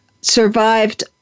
survived